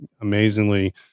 amazingly